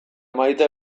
maite